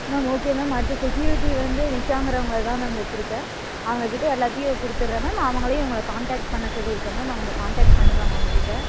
ma'am okay ma'am அடுத்த security வந்து நிஷாங்கிறவங்க தான் மேம் வைச்சிருக்கேன் அவங்கக்கிட்ட எல்லாத்தையும் கொடுத்தட்றேன் மேம் அவங்களையும் உங்களை காண்டக்ட் பண்ண சொல்லியிருக்கேன் மேம் அவங்க காண்டக்ட் பண்ணுவாங்க உங்கக்கிட்டே